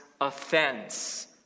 offense